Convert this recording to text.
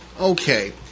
Okay